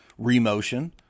remotion